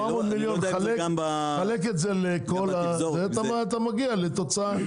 תחלק את זה, ואתה מגיע לתוצאה.